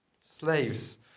slaves